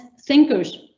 thinkers